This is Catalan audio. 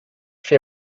fer